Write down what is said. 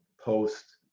post